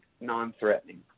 non-threatening